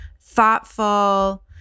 thoughtful